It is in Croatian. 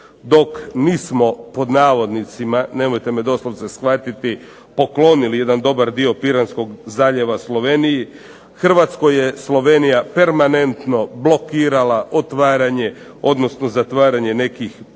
Slovenijom, dok nismo, nemojte me doslovce shvatiti „poklonili“ jedan dobar dio Piranskog zaljeva Sloveniji, Hrvatskoj je Slovenija permanentno blokirala otvaranje odnosno zatvaranje određenih